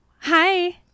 hi